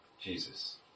Jesus